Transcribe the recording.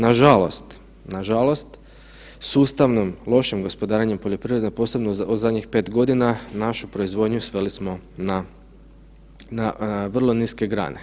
Nažalost, sustavnom lošom gospodarenjem poljoprivrede, posebno u zadnjih 5 godina, našu proizvodnju sveli smo na vrlo niske grane.